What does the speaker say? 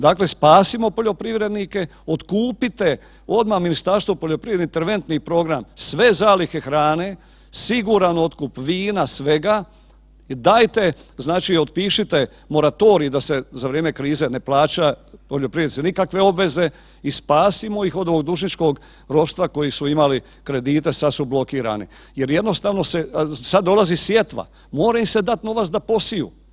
Dakle, spasimo poljoprivrednike, otkupite odmah Ministarstvo poljoprivrede interventni program sve zalihe hrane, siguran otkup vina, svega i dajte otpišite moratorij da se za vrijeme krize ne plaća poljoprivrednici nikakve obveze i spasimo ih od dužničkog ropstva koji su imali kredite, sada su blokirani jer jednostavno sada dolazi sjetva mora im se dati novac da posiju.